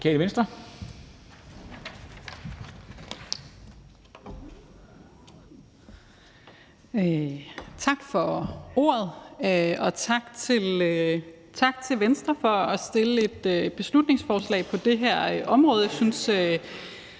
Tak for ordet, og tak til Venstre for at fremsætte et beslutningsforslag på det her område. Som jeg